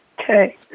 okay